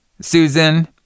Susan